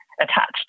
attached